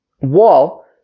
wall